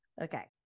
Okay